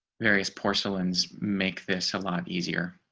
various porcelains make this a lot easier.